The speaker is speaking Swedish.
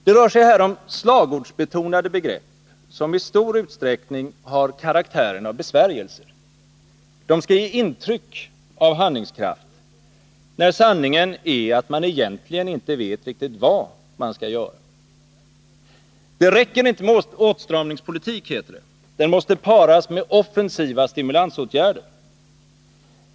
Det rör sig här om slagordsbetonade begrepp, som i stor utsträckning har karaktären av besvärjelser. Det skall ge intryck av handlingskraft, när sanningen är att man egentligen inte vet riktigt vad man skall göra. Det räcker inte med åtstramningspolitik, heter det. Den måste kombineras med offensiva stimulansåtgärder.